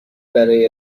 برای